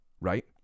Right